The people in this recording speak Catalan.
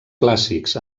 clàssics